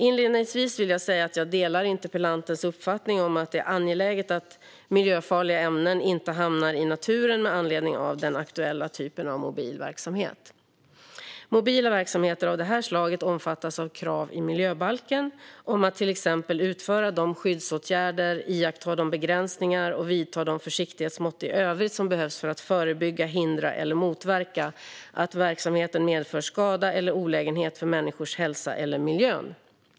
Inledningsvis vill jag säga att jag delar interpellantens uppfattning att det är angeläget att miljöfarliga ämnen inte hamnar i naturen med anledning av den aktuella typen av mobil verksamhet. Mobila verksamheter av det här slaget omfattas av krav i miljöbalken på att till exempel utföra de skyddsåtgärder, iaktta de begränsningar och vidta de försiktighetsmått i övrigt som behövs för att förebygga, hindra eller motverka att verksamheten medför skada eller olägenhet för människors hälsa eller miljön.